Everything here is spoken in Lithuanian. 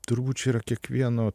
turbūt čia yra kiekvieno